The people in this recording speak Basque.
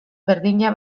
berdina